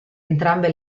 entrambe